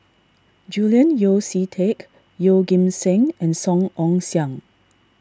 Julian Yeo See Teck Yeoh Ghim Seng and Song Ong Siang